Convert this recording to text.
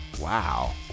Wow